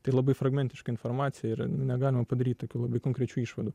tai labai fragmentiška informacija ir negalima padaryti tokių labai konkrečių išvadų